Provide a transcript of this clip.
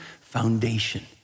foundation